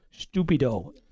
Stupido